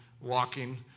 walking